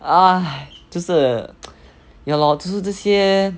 a'ah 就是 ya lor 就是这些